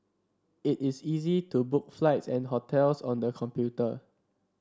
it is easy to book flights and hotels on the computer